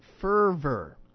fervor